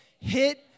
hit